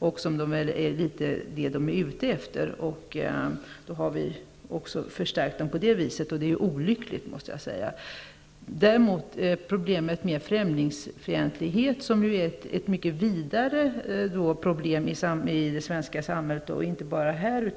något som de i viss mån är ute efter. Därmed har vi stärkt dem också på den vägen, och det är olyckligt. Problemet med främlingsfientlighet är som bekant mycket vidare i det svenska samhället, och inte bara här.